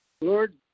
Lord